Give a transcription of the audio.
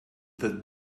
that